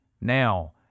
now